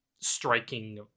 striking